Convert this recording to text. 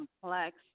complex